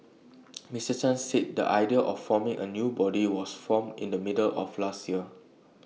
Mr chan said the idea of forming A new body was formed in the middle of last year